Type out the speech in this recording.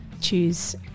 choose